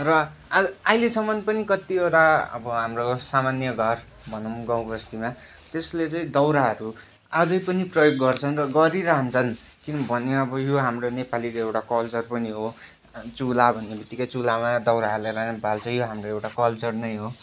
र आ अहिलेसम्म पनि कतिवटा अब हाम्रो सामान्य घर भनौँ गाउँबस्तीमा त्यसले चाहिँ दाउराहरू अझै पनि प्रयोग गर्छन् र गरिरहन्छन् किनभने अब यो हाम्रो नेपालीको एउटा कल्चर पनि हो चुला भन्नेबित्तिकै चुलामा दाउरा हालेर नै बाल्छ यो हाम्रो कल्चर नै हो